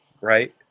right